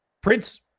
prince